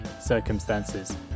circumstances